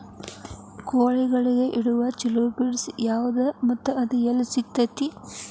ಕೋಳಿಗಳಿಗೆ ಕೊಡುವ ಛಲೋ ಪಿಡ್ಸ್ ಯಾವದ ಮತ್ತ ಅದ ಎಲ್ಲಿ ಸಿಗತೇತಿ?